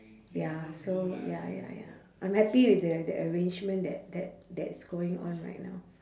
ya so ya ya ya I'm happy with the the arrangement that that that's going on right now